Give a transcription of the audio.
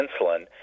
insulin